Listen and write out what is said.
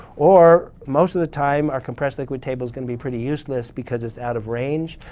or, most of the time, our compressed liquid table's going to be pretty useless because it's out of range.